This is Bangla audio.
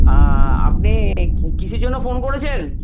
আপনি কিসের জন্য ফোন করেছেন